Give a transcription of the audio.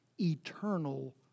eternal